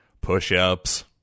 push-ups